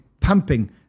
pumping